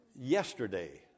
Yesterday